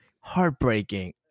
heartbreaking